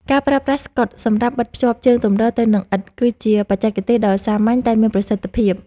ការប្រើប្រាស់ស្កុតសម្រាប់បិទភ្ជាប់ជើងទម្រទៅនឹងឥដ្ឋគឺជាបច្ចេកទេសដ៏សាមញ្ញតែមានប្រសិទ្ធភាព។